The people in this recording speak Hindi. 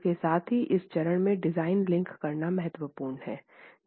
इसके साथ ही इस चरण में डिज़ाइन लिंक करना महत्वपूर्ण है